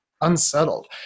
unsettled